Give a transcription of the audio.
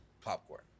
Popcorn